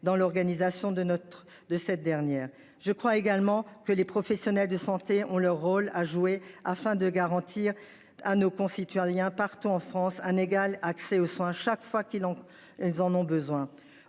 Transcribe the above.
dans l'organisation de notre de cette dernière. Je crois également que les professionnels de santé ont leur rôle à jouer, afin de garantir à nos concitoyens, partout en France, un égal accès aux soins. Chaque fois qu'ils l'ont ils en